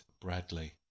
Bradley